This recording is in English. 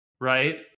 right